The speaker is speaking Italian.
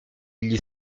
gli